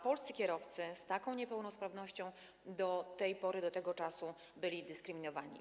Polscy kierowcy z taką niepełnosprawnością do tej pory, do tego czasu byli dyskryminowani.